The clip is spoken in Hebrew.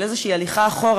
של איזושהי הליכה אחורה,